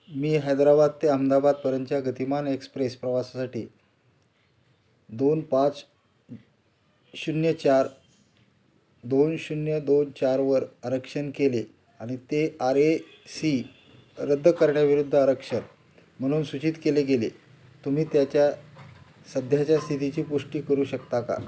मी हैदराबाद ते अहमदाबादपर्यंतच्या गतिमान एक्सप्रेस प्रवासासाठी दोन पाच शून्य चार दोन शून्य दोन चारवर आरक्षण केले आणि ते आर ए सी रद्द करण्याविरुद्ध आरक्षण म्हणून सूचित केले गेले तुम्ही त्याच्या सध्याच्या स्थितीची पुष्टी करू शकता का